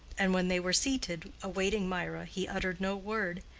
and when they were seated, awaiting mirah, he uttered no word,